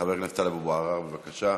חבר הכנסת טלב אבו עראר, בבקשה.